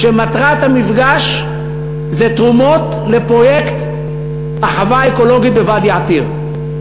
כשמטרת המפגש זה תרומות לפרויקט החווה האקולוגית בוואדי-עתיר.